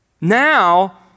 now